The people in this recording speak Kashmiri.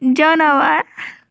جاناوار